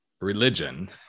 religion